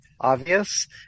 obvious